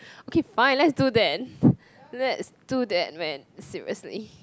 okay fine let's do that let's do that man seriously